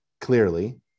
clearly